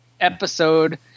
episode